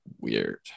weird